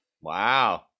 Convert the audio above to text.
wow